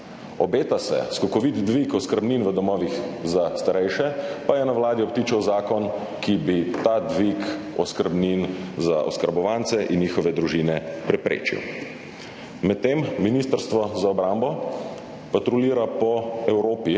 Obeta se skokovit dvig oskrbnin v domovih za starejše, pa je na Vladi obtičal zakon, ki bi ta dvig oskrbnin za oskrbovance in njihove družine preprečil. Medtem ministrstvo za obrambo patruljira po Evropi